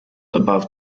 above